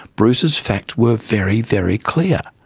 bruce's facts were very, very clear.